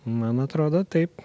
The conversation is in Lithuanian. man atrodo taip